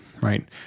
right